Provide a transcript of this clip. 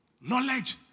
Knowledge